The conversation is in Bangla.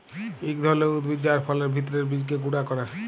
ইক ধরলের উদ্ভিদ যার ফলের ভিত্রের বীজকে গুঁড়া ক্যরে